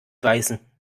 weißen